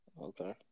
Okay